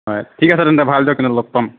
হয় ঠিক আছে তেন্তে ভাল দিয়ক তেন্তে লগ পাম